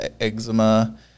eczema